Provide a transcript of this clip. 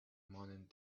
morning